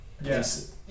Yes